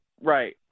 right